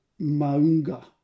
Maunga